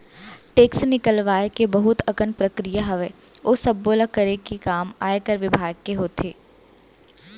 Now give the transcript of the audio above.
tax निकलवाय के बहुत अकन प्रक्रिया हावय, ओ सब्बो ल करे के काम आयकर बिभाग के होथे